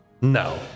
No